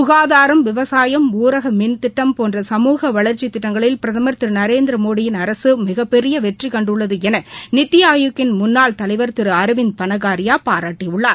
சுகாதாரம் விவசாயம் ஊரக மின்திட்டம் போன்ற சமூக வளர்ச்சித் திட்டங்களில் பிரதமர் திரு நரேந்திரமோடியின் அரசு மிகப்பெரிய வெற்றி கண்டுள்ளது என நித்தி ஆயோக்கின் முன்னாள் தலைவர் திரு அரவிந்த் பனகிரியா பாராட்டியுள்ளார்